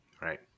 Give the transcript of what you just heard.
Right